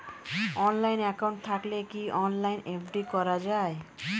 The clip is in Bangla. অনলাইন একাউন্ট থাকলে কি অনলাইনে এফ.ডি করা যায়?